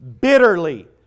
bitterly